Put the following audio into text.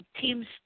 teams